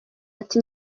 ati